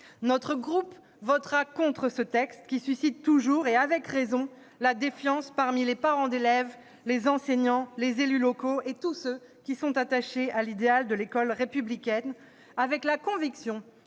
Notre groupe votera contre ce texte, qui suscite toujours, avec raison, la défiance parmi les parents d'élèves, les enseignants, les élus locaux et tous ceux qui sont attachés à l'idéal de l'école républicaine. Nous avons la conviction